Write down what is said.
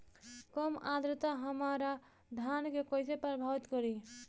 कम आद्रता हमार धान के कइसे प्रभावित करी?